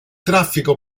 traffico